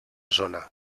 zona